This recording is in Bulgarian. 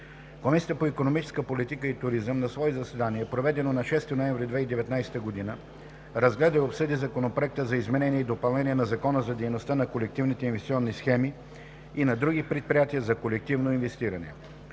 Комисията по икономическа политика и туризъм на свое заседание, проведено на 6 ноември 2019 г., разгледа и обсъди Законопроекта за изменение и допълнение на Закона за дейността на колективните инвестиционни схеми и на други предприятия за колективно инвестиране.